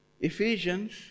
Ephesians